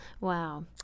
Wow